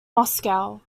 moscow